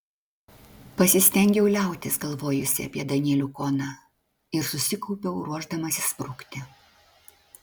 pasistengiau liautis galvojusi apie danielių koną ir susikaupiau ruošdamasi sprukti